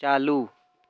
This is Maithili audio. चालू